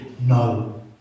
no